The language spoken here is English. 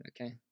Okay